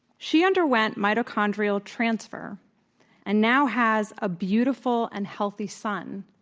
she underwent mitochondrial transfer and now has a beautiful and healthy son,